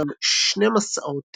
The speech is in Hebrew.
ישנם שני משאות